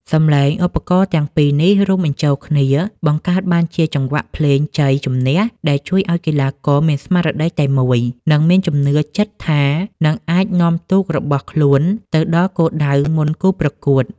សំឡេងឧបករណ៍ទាំងពីរនេះរួមបញ្ចូលគ្នា បង្កើតបានជាចង្វាក់ភ្លេងជ័យជំនះ ដែលជួយឱ្យកីឡាករមានស្មារតីតែមួយ និងមានជំនឿចិត្តថានឹងអាចនាំទូករបស់ខ្លួនទៅដល់គោលដៅមុនគូប្រកួត។